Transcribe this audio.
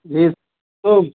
جی تو